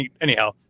anyhow